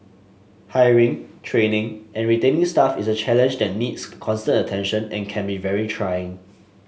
hiring training and retaining staff is a challenge that needs constant attention and can be very trying